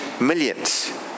millions